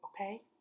Okay